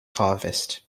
harvest